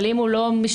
אבל אם הוא לא משתמע,